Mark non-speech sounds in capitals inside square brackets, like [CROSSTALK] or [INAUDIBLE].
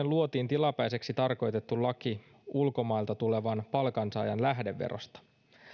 [UNINTELLIGIBLE] luotiin tilapäiseksi tarkoitettu laki ulkomailta tulevan palkansaajan lähdeverosta